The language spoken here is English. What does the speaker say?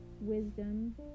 wisdom